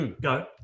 go